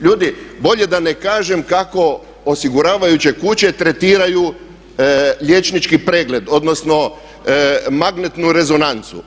Ljudi, bolje da ne kažem kako osiguravajuće kuće tretiraju liječnički pregled, odnosno magnetnu rezonancu.